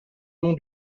nom